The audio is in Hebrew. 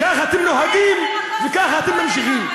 ככה אתם נוהגים, וככה אתם ממשיכים.